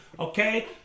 Okay